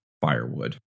firewood